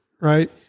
right